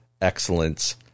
excellence